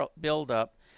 buildup